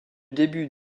début